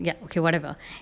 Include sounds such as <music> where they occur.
ya like whatever <breath>